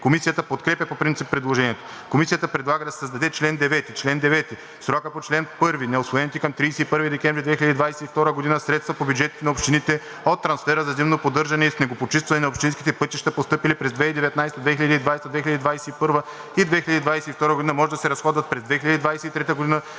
Комисията подкрепя по принцип предложението. Комисията предлага да се създаде чл. 9: „Чл. 9. В срока по чл. 1 неусвоените към 31 декември 2022 г. средства по бюджетите на общините от трансфера за зимно поддържане и снегопочистване на общинските пътища, постъпили през 2019 г., 2020 г., 2021 г. и 2022 г., може да се разходват през 2023 г.